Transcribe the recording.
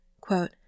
Quote